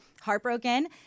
heartbroken